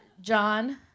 John